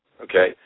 Okay